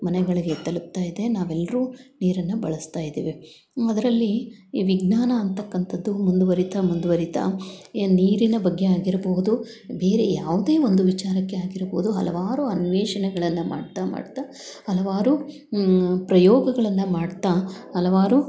ಮನೆಗಳಿಗೆ ತಲುಪ್ತಾ ಇದೆ ನಾವೆಲ್ಲರೂ ನೀರನ್ನು ಬಳಸ್ತಾ ಇದ್ದೇವೆ ಅದರಲ್ಲಿ ಈ ವಿಜ್ಞಾನ ಅಂತಕ್ಕಂಥದ್ದು ಮುಂದುವರಿತಾ ಮುಂದುವರಿತಾ ಈಗ ನೀರಿನ ಬಗ್ಗೆ ಆಗಿರ್ಬಹುದು ಬೇರೆ ಯಾವುದೇ ಒಂದು ವಿಚಾರಕ್ಕೆ ಆಗಿರ್ಬೋದು ಹಲವಾರು ಅನ್ವೇಷಣೆಗಳನ್ನು ಮಾಡ್ತಾ ಮಾಡ್ತಾ ಹಲವಾರು ಪ್ರಯೋಗಗಳನ್ನು ಮಾಡ್ತಾ ಹಲವಾರು